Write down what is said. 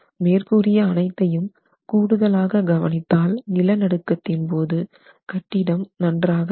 மேற்கூறிய அனைத்தையும் கூடுதலாக கவனித்தால் நிலநடுக்கத்தின் போது கட்டிடம் நன்றாக நடக்கும்